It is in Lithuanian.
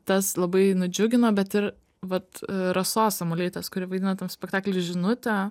tas labai nudžiugino bet ir vat rasos samuolytės kuri vaidino tam spektakly žinutė